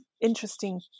interesting